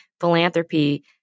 philanthropy